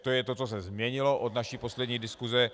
To je to, co se změnilo od naší poslední diskuse.